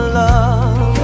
love